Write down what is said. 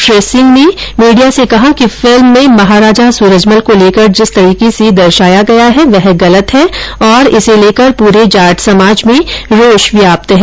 श्री सिंह ने कल मीडिया से कहा कि फिल्म में महाराजा सूरजमल को लेकर जिस तरीके से दर्शाया गया है वह गलत है और इसे लेकर पूरे जाट समाज में रोष व्याप्त है